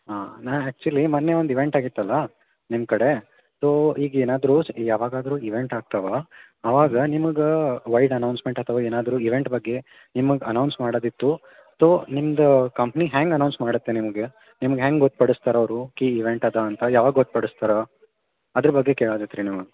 ಹಾಂ ನಾನು ಆಕ್ಚುಲಿ ಮೊನ್ನೆ ಒಂದು ಈವೆಂಟ್ ಆಗಿತ್ತಲ್ಲ ನಿಮ್ಮ ಕಡೆ ಸೊ ಈಗ ಏನಾದರೂ ಸ್ ಯಾವಾಗಾದರೂ ಈವೆಂಟ್ ಆಗ್ತವೆ ಅವಾಗ ನಿಮ್ಗೆ ವೈಡ್ ಅನೌನ್ಸ್ಮೆಂಟ್ ಅಥವಾ ಏನಾದರೂ ಈವೆಂಟ್ ಬಗ್ಗೆ ನಿಮ್ಗೆ ಅನೌನ್ಸ್ ಮಾಡೋದಿತ್ತು ತೋ ನಿಮ್ಮದು ಕಂಪ್ನಿ ಹೆಂಗ್ ಅನೌನ್ಸ್ ಮಾಡುತ್ತೆ ನಿಮಗೆ ನಿಮ್ಗೆ ಹೆಂಗ್ ಗೊತ್ತ್ಪಡಿಸ್ತಾರೆ ಅವರು ಕೀ ಈವೆಂಟ್ ಇದೆ ಅಂತ ಯಾವಾಗ ಗೊತ್ತ್ಪಡಸ್ತಾರೆ ಅದ್ರ ಬಗ್ಗೆ ಕೇಳದಿತ್ತು ರೀ ನಿಮ್ಗೆ